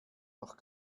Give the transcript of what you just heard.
noch